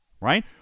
right